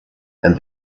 and